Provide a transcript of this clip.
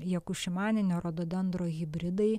jakušimaninio rododendro hibridai